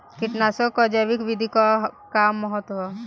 कीट नियंत्रण क जैविक विधि क का महत्व ह?